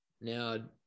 Now